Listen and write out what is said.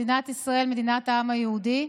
מדינת ישראל מדינת העם היהודי.